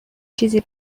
چیزی